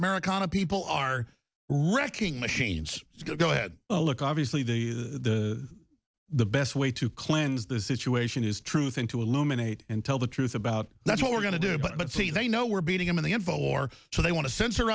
americana people are wrecking machines go ahead oh look obviously the the best way to cleanse the situation is truth into illuminates and tell the truth about that's what we're going to do but see they know we're beating him in the info war so they want to censor